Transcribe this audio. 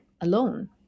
alone